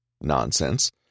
nonsense